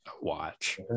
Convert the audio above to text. watch